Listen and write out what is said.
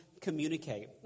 Communicate